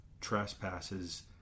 trespasses